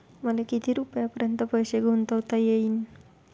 मले किती रुपयापर्यंत पैसा गुंतवता येईन?